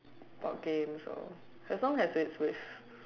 board games or as long as it's with